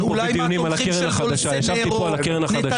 אולי מהתומכים שנתניהו סידר